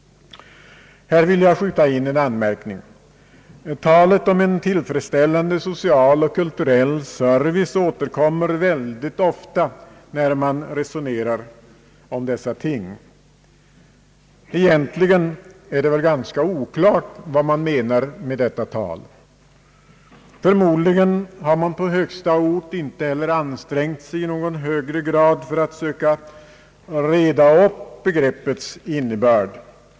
Här vill jag skjuta in en anmärkning. Talet om en tillfredsställande social och kulturell service återkommer mycket ofta när man resonerar om dessa ting. Egentligen är det väl ganska oklart vad man menar med detta tal. Förmodligen har man på högsta ort inte heller ansträngt sig att i någon högre grad söka reda upp begreppets innebörd.